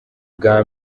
bwa